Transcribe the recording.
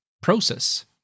process